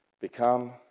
become